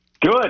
Good